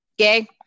okay